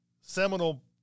seminal